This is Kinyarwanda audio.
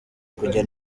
kujya